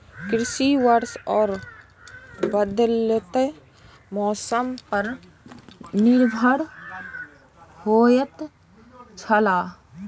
कृषि वर्षा और बदलेत मौसम पर निर्भर होयत छला